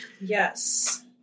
Yes